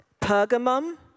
Pergamum